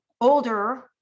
older